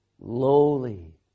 Lowly